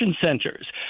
centers